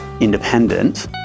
independent